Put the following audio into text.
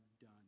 done